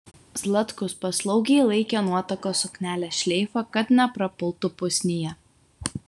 zlatkus paslaugiai laikė nuotakos suknelės šleifą kad neprapultų pusnyje